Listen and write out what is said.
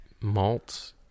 malt